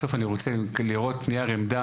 בסוף אני רוצה לראות נייר עמדה,